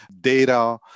data